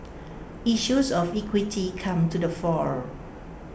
issues of equity come to the fore